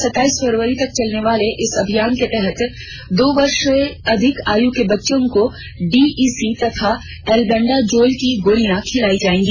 सताईस फरवरी तक चलने वाले इस अभियान के तहत दो वर्ष से अधिक आयु के बच्चों को डीईसी तथा एल्बेंडाजोल की गोली खिलाई जाएगी